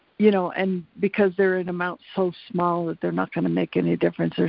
you know and because they're an amount so small that they're not gonna make any difference, ah